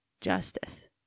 justice